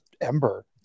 ember